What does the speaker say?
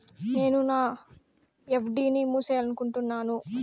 నేను నా ఎఫ్.డి ని మూసేయాలనుకుంటున్నాను